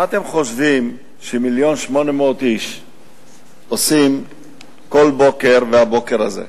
מה אתם חושבים ש-1.8 מיליון איש עושים כל בוקר ובבוקר הזה?